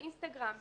באינסטגרם,